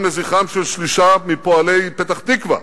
הוקם לזכרם של שלושה מפועלי פתח-תקווה,